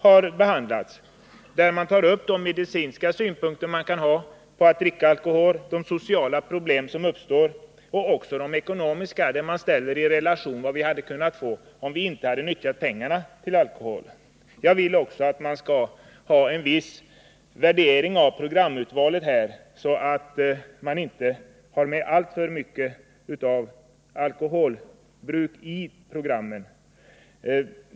Informationen bör redovisa de medicinska synpunkterna i samband med alkohol, de sociala problemen och också de ekonomiska, varvid de ekonomiska aspekterna bör ställas i relation till vad man hade kunnat skaffa sig om pengarna inte hade utnyttjats till alkohol. Jag vill också att man skall göra en viss värdering av programurvalet, så att man inte tar med alltför mycket av alkoholbruk i programmen.